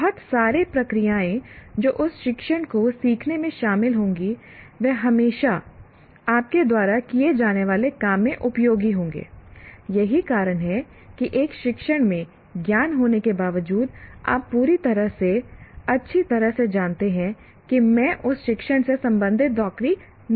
बहुत सारे प्रक्रियाएं जो उस शिक्षण को सीखने में शामिल होंगी वे हमेशा आपके द्वारा किए जाने वाले काम में उपयोगी होंगेI यही कारण है कि एक शिक्षण में ज्ञान होने के बावजूद आप पूरी तरह से अच्छी तरह से जानते हैं कि मैं उस शिक्षण से संबंधित नौकरी नहीं करने जा रहा हूं